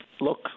look